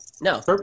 No